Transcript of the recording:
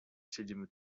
siedzimy